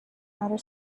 outer